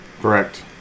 Correct